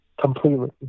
completely